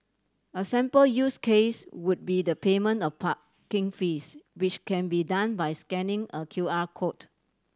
a sample use case would be the payment of parking fees which can be done by scanning a Q R code